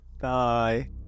Bye